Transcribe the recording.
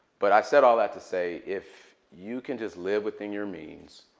but i've said all that to say, if you can just live within your means,